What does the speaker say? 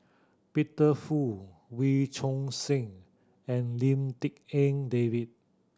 Peter Fu Wee Choon Seng and Lim Tik En David